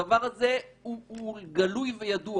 הדבר הזה הוא גלוי וידוע.